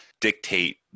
dictate